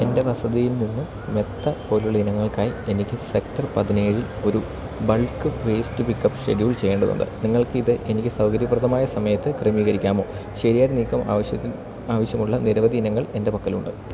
എൻ്റെ വസതിയിൽ നിന്ന് മെത്ത പോലുള്ള ഇനങ്ങൾക്കായി എനിക്ക് സെക്ടർ പതിനേഴിൽ ഒരു bulk waste pick up schedule ചെയ്യേണ്ടതുണ്ട് നിങ്ങൾക്ക് ഇത് എനിക്ക് സൗകര്യപ്രദമായ സമയത്ത് ക്രമീകരിക്കാമോ ശരിയായ നീക്കം ആവശ്യത്തിന് ആവശ്യമുള്ള നിരവധി ഇനങ്ങൾ എൻ്റെ പക്കലുണ്ട്